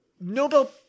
Nobel